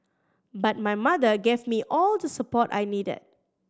but my mother gave me all the support I needed